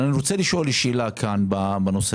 המטרה של המס הייתה להילחם במהילת דלקים,